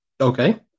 okay